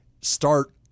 start